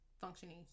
functioning